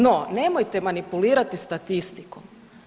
No, nemojte manipulirati statistikom.